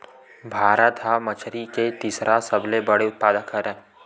भारत हा मछरी के तीसरा सबले बड़े उत्पादक हरे